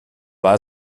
war